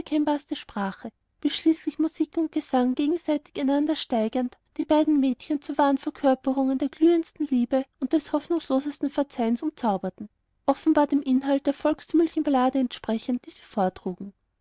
unverkennbarste sprache bis schließlich musik und gesang gegenseitig einander steigernd die beiden mädchen zu wahren verkörperungen der glühendsten liebe und des hoffnungslosesten verzweifelns umzauberten offenbar dem inhalt der volkstümlichen ballade entsprechend die sie vortrugen